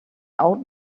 out